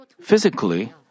Physically